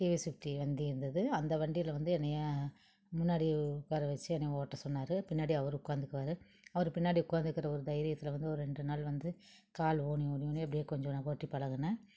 TVS fifty வண்டி இருந்துது அந்த வண்டியில வந்து என்னையை முன்னாடி உட்காரவச்சி என்னை ஓட்ட சொன்னார் பின்னாடி அவர் உட்காந்துக்குவாரு அவர் பின்னாடி உட்காந்துருக்குற ஒரு தைரியத்தில் வந்து ஒரு ரெண்டு நாள் வந்து கால் ஊனி ஊனி ஊனி அப்டே கொஞ்சம் நான் ஓட்டி பழகுனேன்